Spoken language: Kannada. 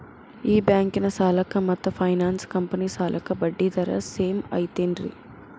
ಈ ಬ್ಯಾಂಕಿನ ಸಾಲಕ್ಕ ಮತ್ತ ಫೈನಾನ್ಸ್ ಕಂಪನಿ ಸಾಲಕ್ಕ ಬಡ್ಡಿ ದರ ಸೇಮ್ ಐತೇನ್ರೇ?